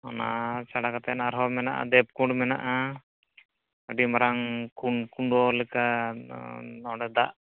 ᱚᱱᱟ ᱪᱷᱟᱲᱟ ᱠᱟᱛᱮᱫ ᱟᱨᱦᱚᱸ ᱢᱮᱱᱟᱜᱼᱟ ᱫᱮᱵᱽᱠᱩᱸᱰ ᱢᱮᱱᱟᱜᱼᱟ ᱟᱹᱰᱤ ᱢᱟᱨᱟᱝ ᱠᱩᱸᱰᱚᱞᱮᱠᱟ ᱚᱸᱰᱮ ᱫᱟᱜ